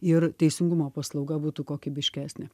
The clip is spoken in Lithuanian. ir teisingumo paslauga būtų kokybiškesnė